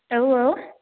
औ औ